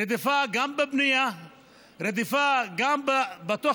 רדיפה גם בבנייה,